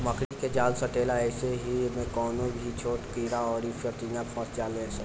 मकड़ी के जाल सटेला ऐही से इमे कवनो भी छोट कीड़ा अउर फतीनगा फस जाले सा